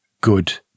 good